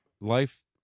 life